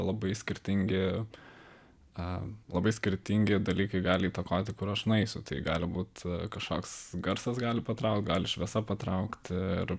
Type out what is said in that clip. labai skirtingi a labai skirtingi dalykai gali įtakoti kur aš nueisiu tai gali būt kažkoks garsas gali patraukt gali šviesa patraukti ir